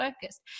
focused